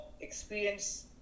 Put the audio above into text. experience